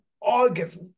August